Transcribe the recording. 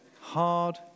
hard